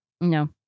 No